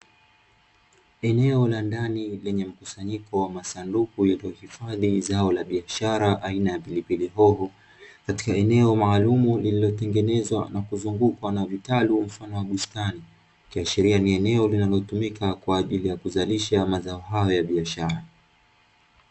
Eneo la ndani lenye mkusanyiko wa masanduku yaliyohifadhi zao la biashara aina ya pilipili hoho, katika eneo maalumu lililotengenezwa na kuzungukwa na vitalu mfano wa bustani, ikiashiria ni eneo linalotumika kwa ajili ya kuzalisha mazao hayo ya biashara.